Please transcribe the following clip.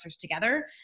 together